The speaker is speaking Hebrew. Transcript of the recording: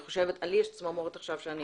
לי יש צמרמורת עכשיו כשאני